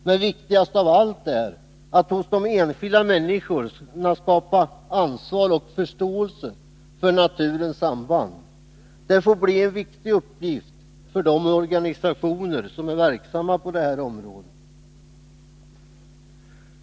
Men viktigast av allt är att hos de enskilda människorna skapa ansvar och förståelse för naturens samband. Det får bli en viktig uppgift för de organisationer som är verksamma på det här området.